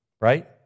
Right